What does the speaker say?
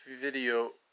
video